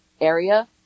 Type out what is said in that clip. area